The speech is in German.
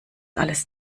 alles